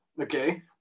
Okay